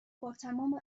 باتمام